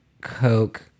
Coke